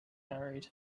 married